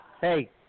Hey